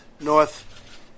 North